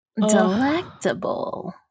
Delectable